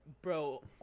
Bro